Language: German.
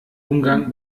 umgang